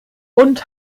und